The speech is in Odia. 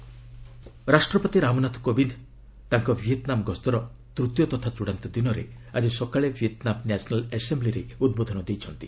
ପ୍ରେସିଡେଣ୍ଟ ରାଷ୍ଟ୍ରପତି ରାମନାଥ କୋବିନ୍ଦ୍ ତାଙ୍କ ଭିଏତ୍ନାମ ଗସ୍ତର ତୃତୀୟ ତଥା ଚ୍ଚଡ଼ାନ୍ତ ଦିନରେ ଆଜି ସକାଳେ ଭିଏତ୍ନାମ ନ୍ୟାସନାଲ୍ ଆସେମ୍କିରେ ଉଦ୍ବୋଧନ ଦେଇଥିଲେ